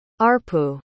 ARPU